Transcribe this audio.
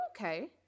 okay